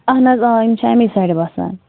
اَہن یِم چھِ اَمہِ سایڈٕ بسان